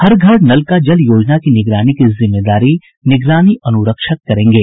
हर घर नल का जल योजना की निगरानी की जिम्मेदारी निगरानी अनुरक्षक करेंगे